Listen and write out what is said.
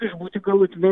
išbūti galutinai